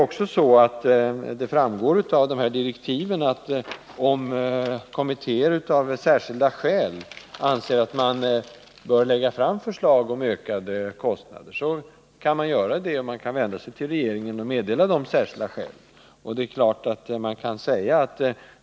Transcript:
Vidare framgår det av direktiven, att om kommittéer av särskilda skäl anser att man bör lägga fram förslag om en ökning av kostnaderna, kan man vända sig till regeringen och åberopa de särskilda skälen.